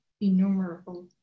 innumerable